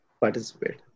participate